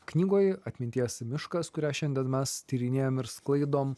knygoj atminties miškas kurią šiandien mes tyrinėjam ir sklaidom